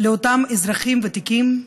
לאותם אזרחים ותיקים,